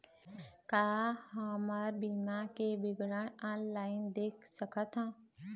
का हमर बीमा के विवरण ऑनलाइन देख सकथन?